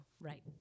right